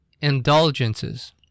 indulgences